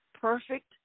perfect